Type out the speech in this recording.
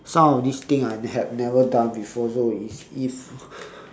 some of these things I had never done before so if if